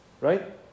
Right